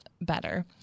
better